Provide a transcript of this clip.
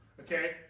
Okay